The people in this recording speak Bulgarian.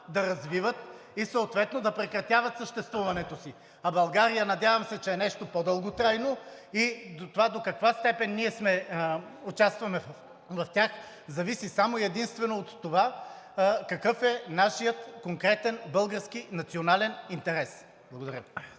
се развиват, съответно да прекратяват съществуването си. А България, надявам се, че е нещо по-дълготрайно. Това до каква степен ние участваме в тях, зависи само и единствено от това какъв е нашият конкретен, български, национален интерес. Благодаря.